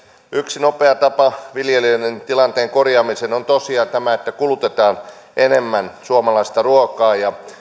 yksi nopea tapa viljelijöiden tilanteen korjaamiseen on tosiaan tämä että kulutetaan enemmän suomalaista ruokaa